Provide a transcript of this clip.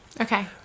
okay